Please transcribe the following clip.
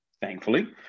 thankfully